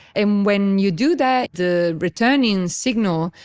and when you do that, the returning signal,